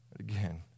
Again